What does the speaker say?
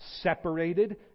separated